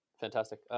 Fantastic